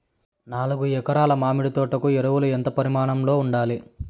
నాలుగు ఎకరా ల మామిడి తోట కు ఎరువులు ఎంత పరిమాణం లో ఉండాలి?